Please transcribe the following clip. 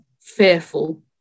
fearful